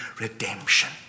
redemption